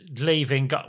leaving